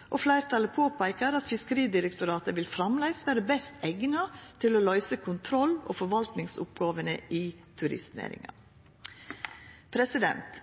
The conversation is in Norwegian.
og god kompetanse. Fleirtalet peikar på at Fiskeridirektoratet framleis vil vera best eigna til å løysa kontroll- og forvaltningsoppgåvene i turistnæringa.